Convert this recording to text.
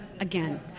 Again